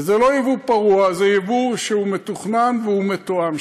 וזה לא יבוא פרוע, זה יבוא מתוכנן ומתואם.